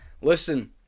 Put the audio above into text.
listen